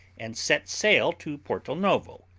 and set sail to porto novo,